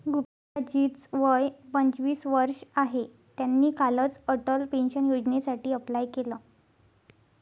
गुप्ता जी च वय पंचवीस वर्ष आहे, त्यांनी कालच अटल पेन्शन योजनेसाठी अप्लाय केलं